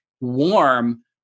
warm